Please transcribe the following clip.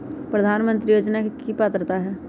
प्रधानमंत्री योजना के की की पात्रता है?